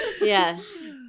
Yes